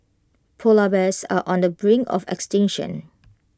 Polar Bears are on the brink of extinction